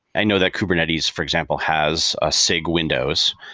i know that kubernetes for example has a sid windows.